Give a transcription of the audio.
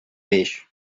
peix